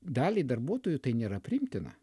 daliai darbuotojų tai nėra priimtina